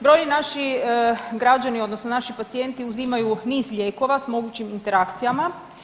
Brojni naši građani odnosno naši pacijenti uzimaju niz lijekova s mogućim interakcijama.